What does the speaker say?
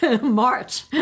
march